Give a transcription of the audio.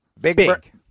Big